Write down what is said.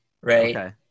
right